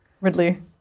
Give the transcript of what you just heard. Ridley